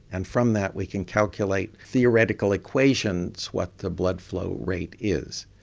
and from that we can calculate theoretical equations, what the blood flow rate is.